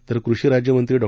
तर कृषीराज्यमंत्री डॉ